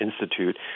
institute